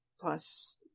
plus